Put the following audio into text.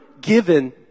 given